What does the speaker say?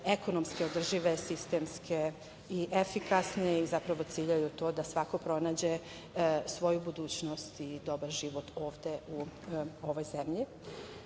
ekonomski održive, sistemske i efikasne i zapravo ciljaju da to da svako pronađe svoju budućnost i dobar život ovde u ovoj